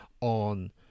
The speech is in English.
on